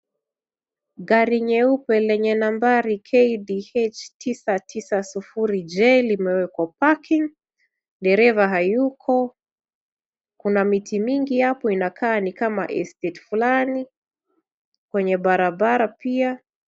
Gari nyeupe lenye nambari KDH 990J limewekwa parking dereva hayuko. Kuna miti mingi hapo inakaa ni kama kwenye estate fulani. Kwenye barabara pia.